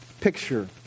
picture